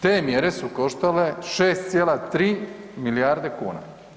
Te mjere su koštale 6,3 milijarde kuna.